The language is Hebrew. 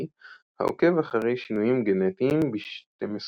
לנסקי העוקב אחרי שינויים גנטיים ב-12